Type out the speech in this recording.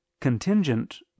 contingent